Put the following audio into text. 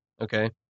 Okay